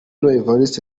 evariste